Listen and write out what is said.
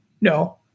No